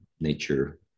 nature